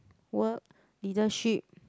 work leadership